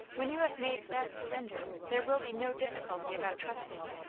when you have made that surrender, there will be no difficulty about trusting.